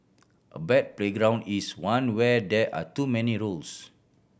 a bad playground is one where there are too many rules